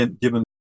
given